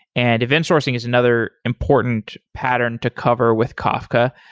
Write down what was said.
and event sourcing is another important pattern to cover with kafka.